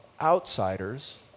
outsiders